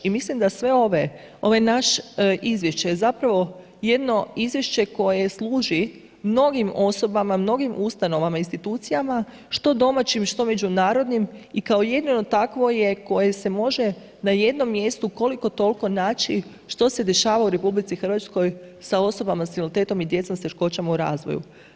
I mislim da sve ove, ovo naše izvješće je zapravo jedno izvješće koje služi mnogim osobama, mnogim ustanovama, institucijama što domaćim, što međunarodnim i kao jedino takvo je koje se može na jednom mjestu koliko toliko naći što se dešava u RH sa osobama sa invaliditetom i djeci sa teškoćama u razvoju.